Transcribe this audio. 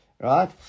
Right